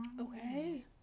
Okay